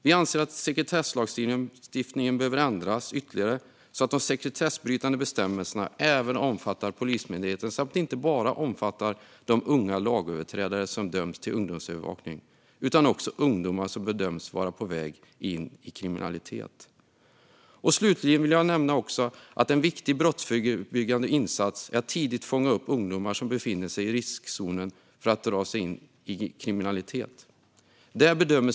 Vi anser att sekretesslagstiftningen behöver ändras ytterligare så att de sekretessbrytande bestämmelserna även omfattar Polismyndigheten och att de inte bara omfattar de unga lagöverträdare som döms till ungdomsövervakning utan också ungdomar som bedöms vara på väg in i kriminalitet. Slutligen vill jag också nämna att en viktig brottsförebyggande insats är att tidigt fånga upp ungdomar som befinner sig i riskzonen för att dras in i kriminalitet.